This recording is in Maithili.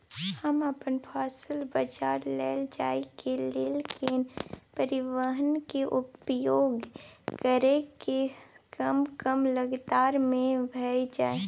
हम अपन फसल बाजार लैय जाय के लेल केना परिवहन के उपयोग करिये जे कम स कम लागत में भ जाय?